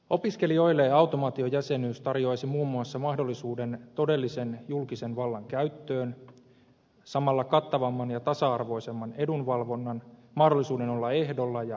opiskelijoille automaatiojäsenyys tarjoaisi muun muassa mahdollisuuden todellisen julkisen vallan käyttöön samalla kattavamman ja tasa arvoisemman edunvalvonnan mahdollisuuden olla ehdolla ja äänestää